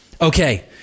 Okay